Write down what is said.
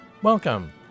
Welcome